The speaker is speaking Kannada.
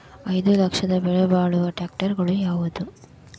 ಐದು ಲಕ್ಷದ ಬೆಲೆ ಬಾಳುವ ಟ್ರ್ಯಾಕ್ಟರಗಳು ಯಾವವು?